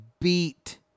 beat